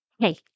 Hey